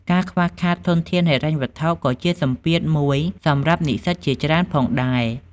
ការខ្វះខាតធនធានហិរញ្ញវត្ថុក៏ជាសម្ពាធមួយសម្រាប់និស្សិតជាច្រើនផងដែរ។